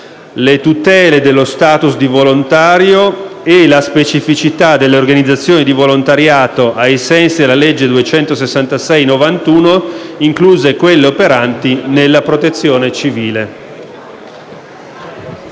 «le tutele dello status di volontario e la specificità delle organizzazioni di volontariato ai sensi della legge 266/91, incluse quelle operanti nella protezione civile;».